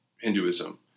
Hinduism